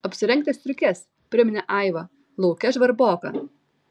apsirenkite striukes priminė aiva lauke žvarboka